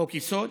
חוק-יסוד